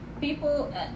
People